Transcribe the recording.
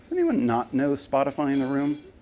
anyone not know spotify in the room?